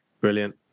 Brilliant